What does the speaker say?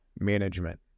management